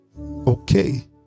okay